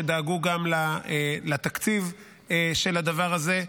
שדאגו גם לתקציב של הדבר הזה.